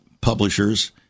publishers